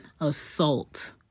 assault